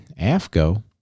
AFCO